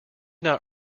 not